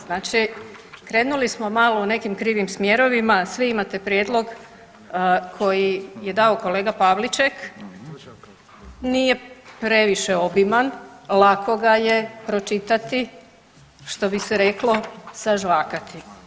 Znači krenuli smo malo u nekim krivim smjerovima, svi imate prijedlog koji je dao kolega Pavliček, nije previše obiman, lako ga je pročitati što bi se reklo sažvakati.